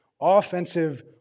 Offensive